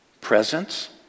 Presence